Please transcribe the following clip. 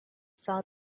saw